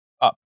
up